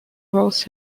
rose